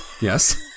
Yes